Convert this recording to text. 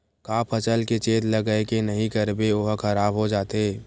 का फसल के चेत लगय के नहीं करबे ओहा खराब हो जाथे?